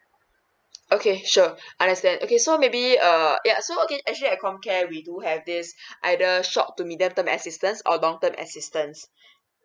okay sure understand okay so maybe err yeah okay actually at com care we do have this either short to middle term assistance or long term assistance